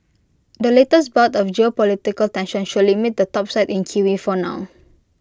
the latest bout of geopolitical tensions should limit the topside in kiwi for now